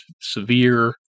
severe